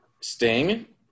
Sting